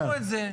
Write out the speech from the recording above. תקנו את זה.